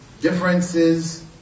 differences